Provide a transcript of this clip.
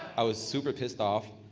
i was super pissed off.